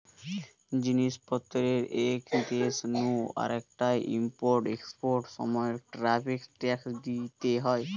জিনিস পত্রের এক দেশ নু আরেকটায় ইম্পোর্ট এক্সপোর্টার সময় ট্যারিফ ট্যাক্স দিইতে হয়